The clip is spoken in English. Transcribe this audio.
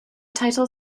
title